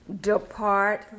Depart